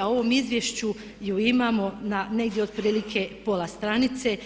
a u ovom izvješću je imamo na negdje otprilike pola stranice.